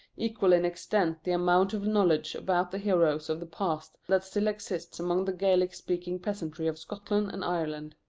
equal in extent the amount of knowledge about the heroes of the past that still exists among the gaelic-speaking peasantry of scotland and ireland.